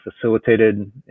facilitated